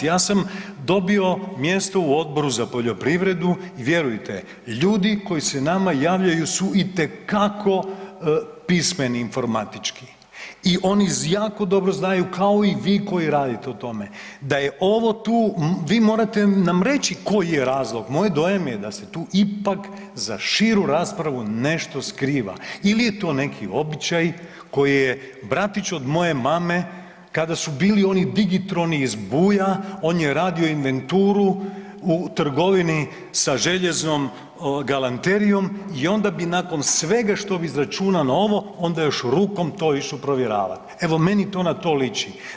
Ja sam dobio mjesto u Odboru za poljoprivredu i vjerujte ljudi koji se nama javljaju su itekako pismeni informatički i oni jako dobro znaju kao i vi koji radite u tome da je ovo tu, vi morate nam reći koji je razlog, moj dojam je da se tu ipak za širu raspravu nešto skriva ili je to neki običaj koji je bratić od moje mame kada su bili oni digitroni iz Buja on je radio inventuru u trgovinu sa željezom, galanterijom i onda bi nakon svega što bi izračunao na ovo, onda još rukom to išao provjeravati, evo meni to na to liči.